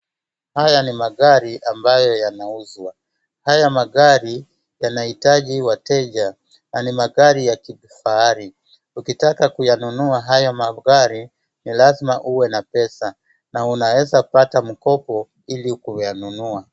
Haya ni magari ambayo yanauzwa. Haya magari yanahitaji wateja na ni magari ya kifahari. Ukitaka kuyanunua haya magari ni lazima uwe na pesa na unaweza pata mkopo ili kuyanunua.